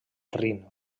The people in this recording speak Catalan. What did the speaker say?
rin